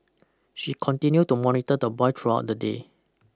she continue to monitor the boy throughout the day